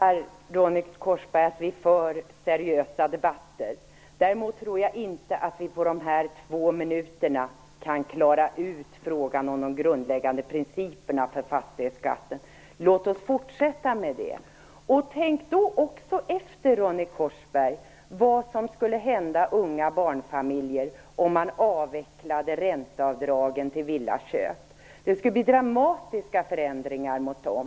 lovar, Ronny Korsberg, att vi för seriösa debatter. Däremot tror jag inte att vi på dessa två minuter kan klara ut frågan om de grundläggande principerna för fastighetsbeskattning. Men låt oss fortsätta med det. Tänk då också efter, Ronny Korsberg, vad som skulle hända unga barnfamiljer om man avvecklade ränteavdragen till villaköp. Det skulle bli dramatiska förändringar för dem.